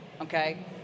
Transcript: okay